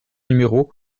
numéro